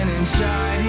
Inside